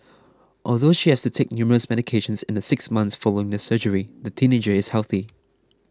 although she has to take numerous medications in the six months following the surgery the teenager is healthy